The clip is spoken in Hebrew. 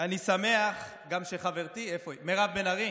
אני שמח גם שחברתי מירב בן ארי